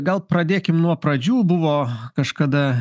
gal pradėkim nuo pradžių buvo kažkada